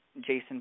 Jason